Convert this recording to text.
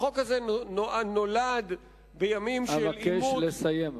החוק הזה נולד בימים של עימות,